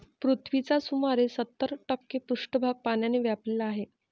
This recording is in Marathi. पृथ्वीचा सुमारे सत्तर टक्के पृष्ठभाग पाण्याने व्यापलेला आहे